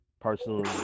personally